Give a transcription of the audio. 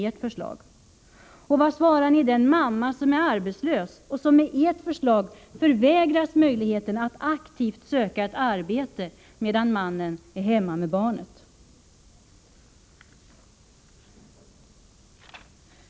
Och vad svarar ni den mamma som är arbetslös och som med ert förslag förvägras möjligheten att aktivt söka ett arbete medan mannen är hemma med barnet?